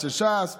אצל ש"ס,